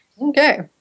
Okay